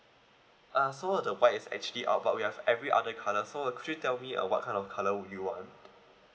ah so the white is actually out but we have every other colour so could you tell me uh what kind of colour would you want